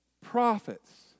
prophets